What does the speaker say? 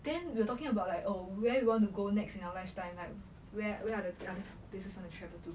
then we were talking about like oh where you want to go next in our lifetime like where where are the places they want to travel to